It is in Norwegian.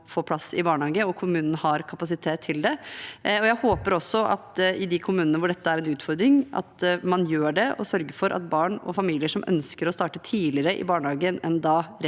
og kommunen har kapasitet til det. Jeg håper også at man gjør det i de kommunene hvor dette er en utfordring, og sørger for at barn og familier som ønsker å starte tidligere i barnehagen